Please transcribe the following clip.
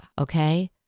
Okay